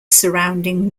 surrounding